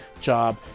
job